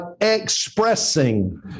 expressing